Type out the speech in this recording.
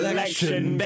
Election